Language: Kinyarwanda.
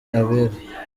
abera